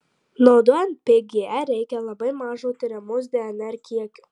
naudojant pgr reikia labai mažo tiriamos dnr kiekio